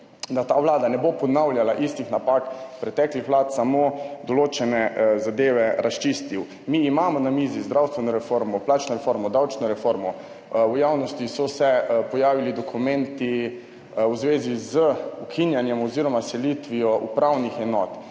da ta vlada ne bo ponavljala istih napak preteklih vlad, samo določene zadeve razčistil. Mi imamo na mizi zdravstveno reformo, plačno reformo, davčno reformo. V javnosti so se pojavili dokumenti v zvezi z ukinjanjem oziroma selitvijo upravnih enot.